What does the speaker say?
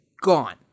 gone